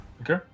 Okay